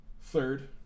Third